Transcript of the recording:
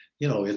you know, and